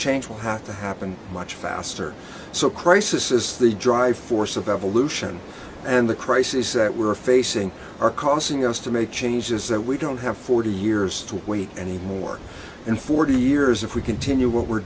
change will have to happen much faster so crisis is the driving force of evolution and the crisis that we're facing are causing us to make changes that we don't have forty years to weak anymore in forty years if we continue what we're